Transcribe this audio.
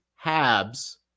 Habs